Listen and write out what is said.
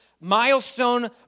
milestone